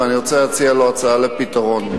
ואני רוצה להציע לו הצעה לפתרון,